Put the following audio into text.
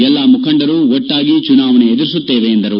ಎಲ್ಲ ಮುಖಂಡರು ಒಟ್ಟಾಗಿ ಚುನಾವಣೆ ಎದುರಿಸುತ್ತೇವೆ ಎಂದರು